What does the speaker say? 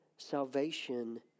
Salvation